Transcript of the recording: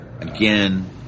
again